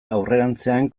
aurrerantzean